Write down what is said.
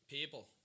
People